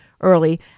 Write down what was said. early